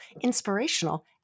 inspirational